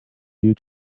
you